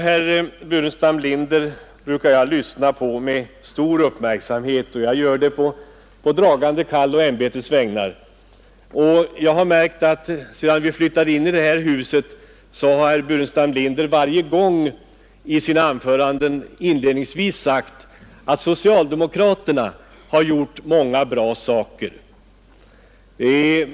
Herr Burenstam Linder brukar jag lyssna på med stor uppmärksamhet, och jag gör det å dragande kall och ämbetets vägnar. Jag har märkt att sedan vi flyttade in i det här huset har herr Burenstam Linder varje gång i sina anföranden inledningsvis sagt att socialdemokraterna har gjort många bra saker.